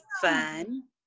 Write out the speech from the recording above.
fun